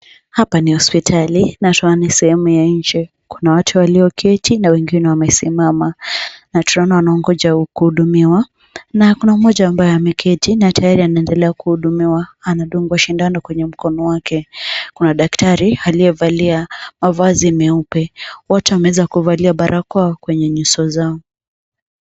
Hapa ni hospitali na tunaona sehemu ya nje kuna watu walioketi na wengine wamesimama na tunaona wanaongoja kuhudumiwa na kuna mmoja ambaye ameketi na tayari anaendelea kuhudumiwa. Andungwa shindano kwenye mkono wake. Kuna daktari aliyevalia mavazi meupe. Wote wameweza kuvalia barakoa kwenye nyuso zao.